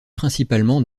principalement